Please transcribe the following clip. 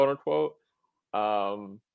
quote-unquote